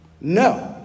No